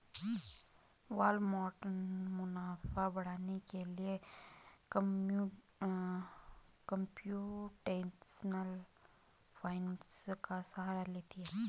Walmart मुनाफा बढ़ाने के लिए कंप्यूटेशनल फाइनेंस का सहारा लेती है